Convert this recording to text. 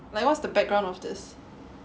like what's the background of this